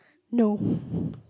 no